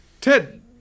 ted